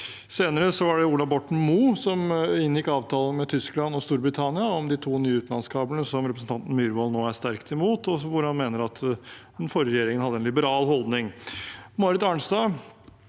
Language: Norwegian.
Senere var det Ola Borten Moe som inngikk avtalen med Tyskland og Storbritannia om de to nye utenlandskablene, som representanten Myhrvold nå er sterkt imot, og der han mener den forrige regjeringen hadde en liberal holdning. Marit Arnstad,